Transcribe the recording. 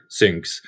syncs